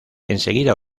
enseguida